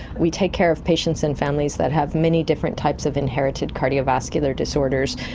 we take care of patients and families that have many different types of inherited cardiovascular disorders,